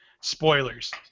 spoilers